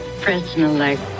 President-elect